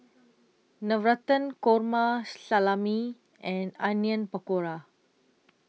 Navratan Korma Salami and Onion Pakora